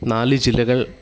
നാലു ജില്ലകൾ